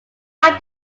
trying